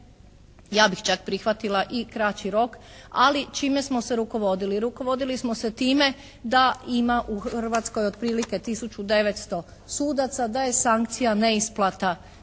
ja bih čak prihvatila i kraći rok, ali čime smo se rukovodili. Rukovodili smo se time da ima u Hrvatskoj otprilike 1900 sudaca, da je sankcija neisplata